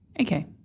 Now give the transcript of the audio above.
Okay